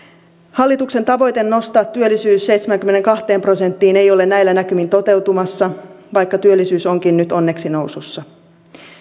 hallituksen tavoite nostaa työllisyys seitsemäänkymmeneenkahteen prosenttiin ei ole näillä näkymin toteutumassa vaikka työllisyys onkin nyt onneksi nousussa